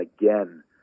again